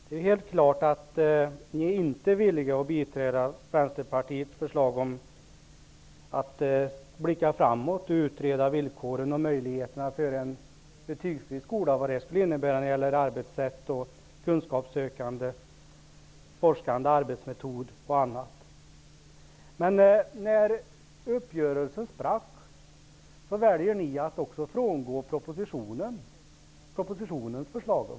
Det är helt klart att ni inte är villiga att biträda Vänsterpartiets förslag om att blicka framåt och utreda villkoren och möjligheterna för en betygsfri skola och se vad det skulle innebära när det gäller arbetssätt och kunskapssökande, forskande arbetsmetod och annat. Men när uppgörelsen sprack väljer ni att också frångå propositionens förslag.